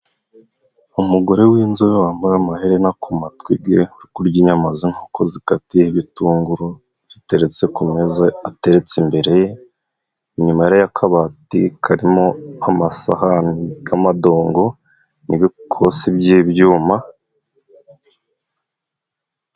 Umugore w'inzobe wambaye amaherena ku matwi ge, uri kurya inyama z'inkoko zikatiye ho ibitunguru, ziteretse ku meza ateretse imbere ye, inyuma ye hariho akabati karimo amasahani g'amadongo n'ibikosi byibyuma,